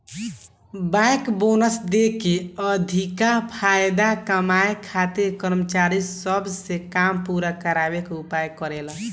bank bonus देके अधिका फायदा कमाए खातिर कर्मचारी सब से काम पूरा करावे के उपाय करेले